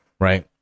right